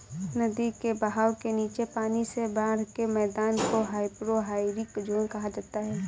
नदी के बहाव के नीचे पानी से बाढ़ के मैदान को हाइपोरहाइक ज़ोन कहा जाता है